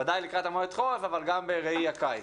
וודאי לגבי המועד חורף, אבל גם בראי הקיץ.